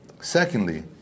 Secondly